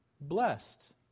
Blessed